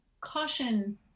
caution